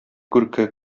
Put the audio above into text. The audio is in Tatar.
күрке